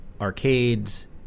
arcades